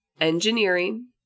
Engineering